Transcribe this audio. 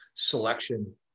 selection